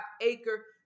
acre